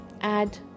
Add